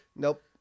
Nope